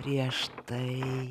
prieš štai